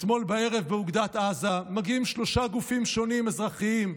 אתמול בערב באוגדת עזה מגיעים שלושה גופים שונים אזרחיים,